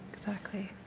exactly